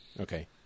Okay